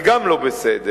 זה גם לא בסדר.